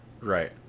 Right